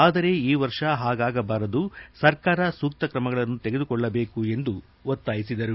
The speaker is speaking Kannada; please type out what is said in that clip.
ಆದರೆ ಈ ವರ್ಷ ಹಾಗಾಗಬಾರದು ಸರ್ಕಾರ ಸೂಕ್ತ ಕ್ರಮಗಳನ್ನು ತೆಗೆದು ಕೊಳ್ಳಬೇಕು ಎಂದು ಒತ್ತಾಯಿಸಿದರು